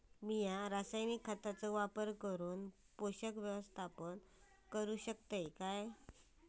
मी रासायनिक खतांचो वापर करून पोषक व्यवस्थापन करू शकताव काय?